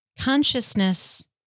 Consciousness